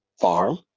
farm